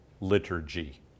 liturgy